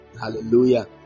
Hallelujah